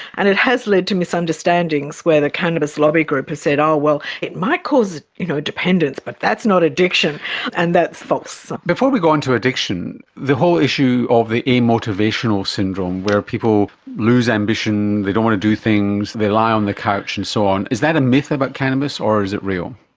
and it has led to misunderstandings where the cannabis lobby group has said, oh well, it might cause you know dependence but that's not addiction and that's false. before we go on to addiction, the whole issue of the amotivational syndrome where people lose ambition, they don't want to do things and they lie on the couch and so on, is that a myth about cannabis or is it real?